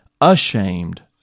ashamed